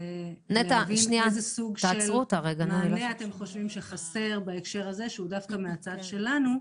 --- איזה סוג של מענה אתם חושבים שחסר שהוא דווקא מהצד שלנו.